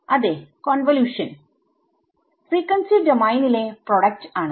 അതേ convolution frequency ഡോമെയിനിലെ product ആണ്